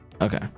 okay